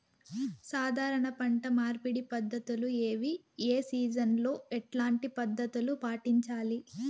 సాధారణ పంట మార్పిడి పద్ధతులు ఏవి? ఏ సీజన్ లో ఎట్లాంటి పద్ధతులు పాటించాలి?